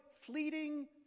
fleeting